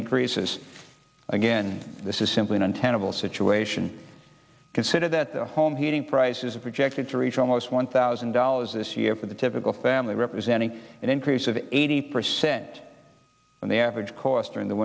increases again this is simply an untenable situation consider that home heating prices are projected to reach almost one thousand dollars this year for the typical family representing an increase of eighty percent on the average cost during the